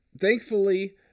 thankfully